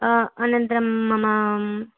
अनन्तरं मम